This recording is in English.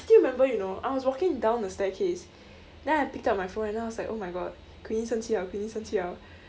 I still remember you know I was walking down the staircase then I picked up my phone and then I was like oh my god quinnie 生气了 quinnie 生气了